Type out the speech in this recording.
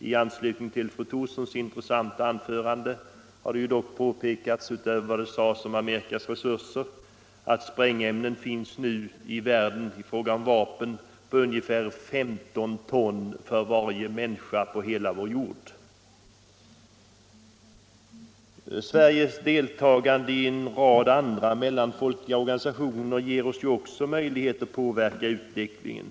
I anslutning till fru Thorssons intressanta anförande bör det dock framhållas att det utöver Amerikas resurser på området finns sprängämnen i världen som motsvarar ungefär 15 ton per människa på hela vår jord. Sveriges deltagande i en rad andra mellanfolkliga organisationer ger oss också möjligheter att påverka utvecklingen.